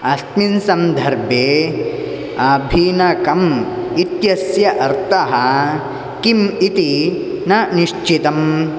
अस्मिन् सन्दर्भे अभिनकम् इत्यस्य अर्थः किम् इति न निश्चितम्